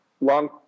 long